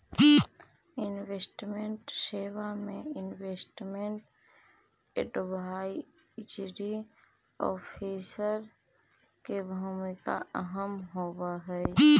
investment सेवा में investment advisory officer के भूमिका अहम होवऽ हई